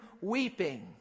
weeping